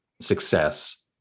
success